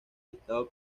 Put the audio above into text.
listado